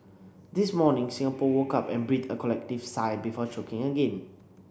this morning Singapore woke up and breathed a collective sigh before choking again